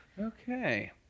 Okay